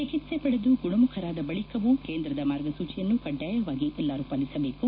ಚಿಕಿತ್ವೆ ಪಡೆದು ಗುಣಮುಖರಾದ ಬಳಕವೂ ಕೇಂದ್ರದ ಮಾರ್ಗಸೂಚಿಯನ್ನು ಕಡ್ಡಾಯವಾಗಿ ಎಲ್ಲರೂ ಪಾಲಿಸಬೇಕು